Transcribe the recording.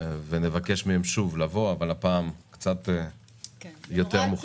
ונבקש מהם שוב לבוא, אבל הפעם קצת יותר מוכנים.